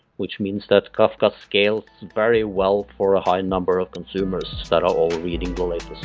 which means that kafka scales very well for a high number of consumers that are all reading the latest